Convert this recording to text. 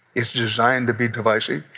it's designed to be divisive.